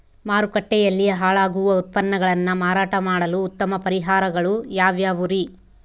ಮಾರುಕಟ್ಟೆಯಲ್ಲಿ ಹಾಳಾಗುವ ಉತ್ಪನ್ನಗಳನ್ನ ಮಾರಾಟ ಮಾಡಲು ಉತ್ತಮ ಪರಿಹಾರಗಳು ಯಾವ್ಯಾವುರಿ?